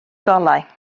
golau